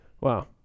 Wow